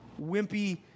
wimpy